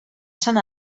sant